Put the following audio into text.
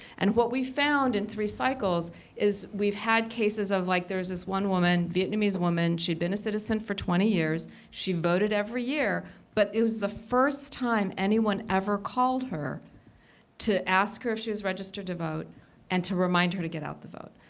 and what we found in three cycles is we've had cases of like there's this one woman, vietnamese woman. she'd been a citizen for twenty years. she voted every year. but it was the first time anyone ever called her to ask her if she was registered to vote and to remind her to get out the vote.